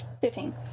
Thirteen